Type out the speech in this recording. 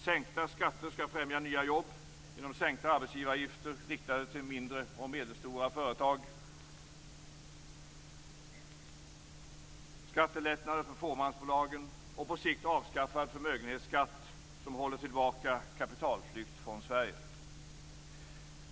Sänkta skatter skall främja nya jobb, genom sänkta arbetsgivaravgifter riktade till mindre och medelstora företag, skattelättnader för fåmansbolagen och på sikt avskaffad förmögenhetsskatt, som håller tillbaka kapitalflykt från Sverige.